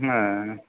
হ্যাঁ